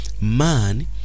man